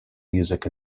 music